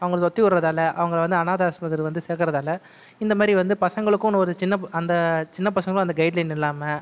அவங்கள துரத்தி விடுறதால அவங்களை வந்து அனாதை ஆசரமத்தில் வந்து சேர்க்கறதால இந்த மாதிரி வந்து பசங்களுக்குனு ஒரு சின்ன அந்த சின்ன பசங்களும் அந்த கைடு லைன் இல்லாமல்